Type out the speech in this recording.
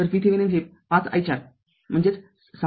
तर VThevenin हे ५ i४म्हणजे ६